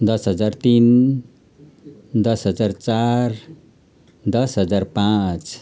दस हजार तिन दस हजार चार दस हजार पाँच